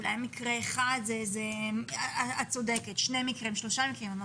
אולי מקרה אחד, שניים, שלושה מקרים את צודקת.